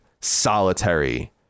solitary